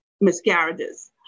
miscarriages